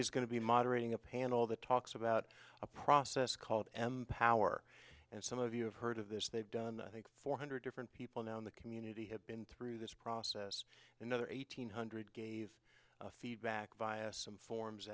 is going to be moderating a panel that talks about a process called power and some of you have heard of this they've done i think four hundred different people now in the community have been through this process another eight hundred gave feedback via some forms